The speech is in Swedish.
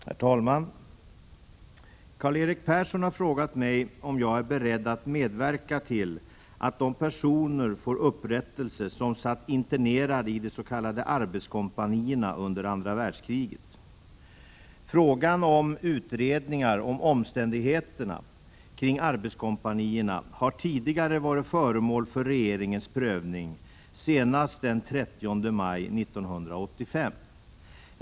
Herr talman! Karl-Erik Persson har frågat mig om jag är beredd att medverka till att de personer får upprättelse som satt internerade i de s.k. arbetskompanierna under andra världskriget. Frågan om utredningar om omständigheterna kring arbetskompanierna har tidigare varit föremål för regeringens prövning, senast den 30 maj 1985.